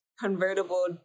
convertible